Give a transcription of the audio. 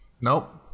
Nope